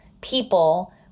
people